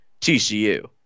TCU